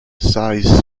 size